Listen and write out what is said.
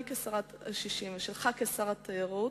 אני כשרת ה-60 ואתה כשר התיירות,